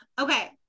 okay